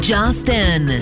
Justin